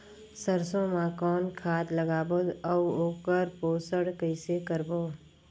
सरसो मा कौन खाद लगाबो अउ ओकर पोषण कइसे करबो?